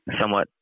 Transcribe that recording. somewhat